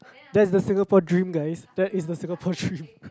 that's the Singapore dream guys that is the Singapore dream